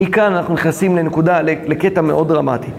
כאן אנחנו נכנסים לנקודה, לקטע מאוד דרמטי.